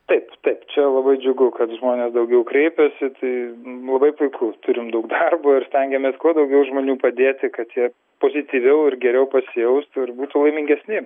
taip taip čia labai džiugu kad žmonės daugiau kreipiasi tai labai puiku turim daug darbo ir stengiamės kuo daugiau žmonių padėti kad jie pozityviau ir geriau pasijaustų ir būtų laimingesni